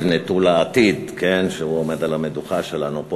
נטול העתיד שעומד על המדוכה שלנו פה,